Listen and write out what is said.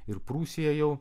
ir prūsija jau